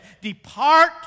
depart